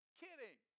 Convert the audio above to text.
kidding